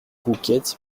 rouquette